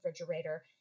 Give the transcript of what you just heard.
refrigerator